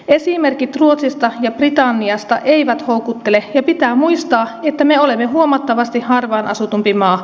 esimerkit ruotsista ja britanniasta eivät houkuttele ja pitää muistaa että me olemme huomattavasti harvaan asutumpi maa